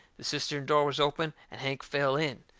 the cistern door was open, and hank fell in.